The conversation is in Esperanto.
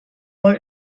por